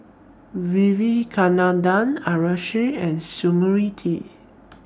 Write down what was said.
Vivekananda Haresh and Smriti